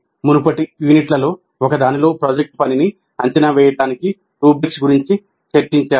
మునుపటి యూనిట్లలో ఒకదానిలో ప్రాజెక్ట్ పనిని అంచనా వేయడానికి రుబ్రిక్స్ గురించి చర్చించాము